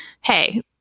hey